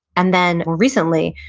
and then recently,